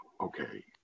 okay